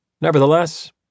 Nevertheless